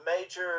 major